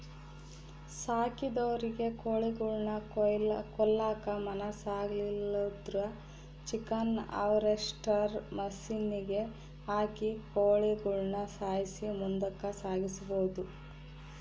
ಸಾಕಿದೊರಿಗೆ ಕೋಳಿಗುಳ್ನ ಕೊಲ್ಲಕ ಮನಸಾಗ್ಲಿಲ್ಲುದ್ರ ಚಿಕನ್ ಹಾರ್ವೆಸ್ಟ್ರ್ ಮಷಿನಿಗೆ ಹಾಕಿ ಕೋಳಿಗುಳ್ನ ಸಾಯ್ಸಿ ಮುಂದುಕ ಸಾಗಿಸಬೊದು